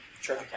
Sure